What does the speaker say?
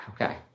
okay